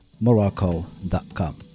morocco.com